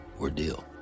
ordeal